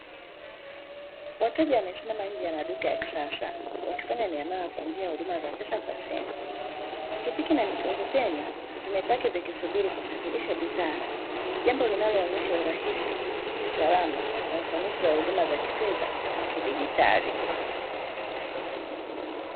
Wateja wamesimama nje ya maduka ya kisasa wakifanya miamala kwa njia ya huduma za pesa kwa simu. Pikipiki na mikokoteni vimepaki vikisubiri kusafirisha bidhaa, jambo linaloonesha urahisi, usalama na ufanisi wa huduma za kifedha kidigitali.